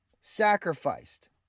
sacrificed